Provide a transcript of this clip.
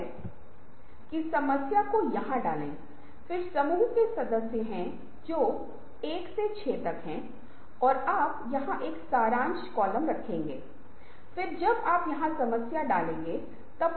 फिर से मुक्त संघ एक ऐसी चीज है जहाँ एक विशेष शब्द के संबंध में जैसा कि मैंने आपको पहले कार्य के दौरान बताया था जो हमने एक साथ किया था कोई भी विचार जो आपके दिमाग में आता है आप बस उसी की एक सूची बना रहे हैं